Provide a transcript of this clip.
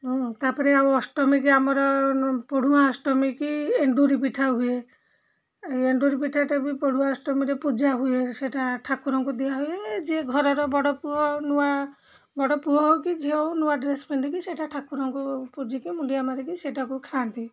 ତାପରେ ଆଉ ଅଷ୍ଟମୀକି ଆମର ପୋଢ଼ୁଆଁ ଅଷ୍ଟମୀ କି ଏଣ୍ଡୁରି ପିଠା ହୁଏ ଏଇ ଏଣ୍ଡୁରି ପିଠାଟା ବି ପଢ଼ୁଆଁ ଅଷ୍ଟମୀରେ ପୂଜା ହୁଏ ସେଇଟା ଠାକୁରଙ୍କୁ ଦିଆହୁଏ ଯିଏ ଘରର ବଡ଼ ପୁଅ ନୂଆ ବଡ଼ ପୁଅ ହଉ କି ଝିଅ ହଉ ନୂଆ ଡ୍ରେସ୍ ପିନ୍ଧିକି ସେଇଟା ଠାକୁରଙ୍କୁ ପୂଜିକି ମୁଣ୍ଡିଆ ମାଗିକି ସେଇଟାକୁ ଖାଆନ୍ତି